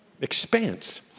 expanse